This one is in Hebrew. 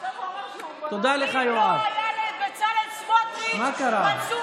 אם, לבצלאל סמוטריץ', מנסור